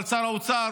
אבל שר האוצר,